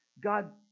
God